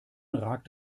ragt